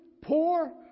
poor